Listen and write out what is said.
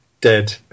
dead